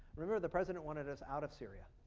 remember, the president wanted us out of syria.